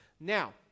Now